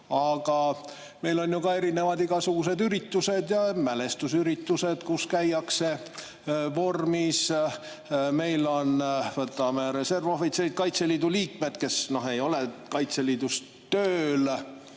Aga meil on ju ka erinevad üritused, sealhulgas mälestusüritused, kus käiakse vormis. Meil on reservohvitserid, Kaitseliidu liikmed, kes ei ole Kaitseliidus tööl.